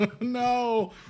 no